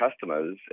customers